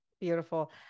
Beautiful